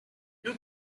you